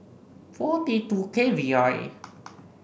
four T two K V R A